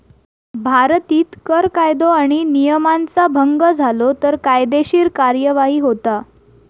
भारतीत कर कायदो आणि नियमांचा भंग झालो तर कायदेशीर कार्यवाही होता